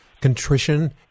contrition